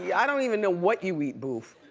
yeah i don't even know what you eat, boof.